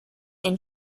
and